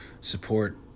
Support